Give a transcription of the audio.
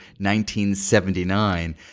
1979